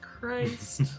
Christ